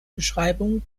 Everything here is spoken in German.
beschreibung